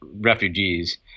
refugees